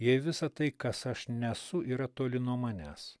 jei visa tai kas aš nesu yra toli nuo manęs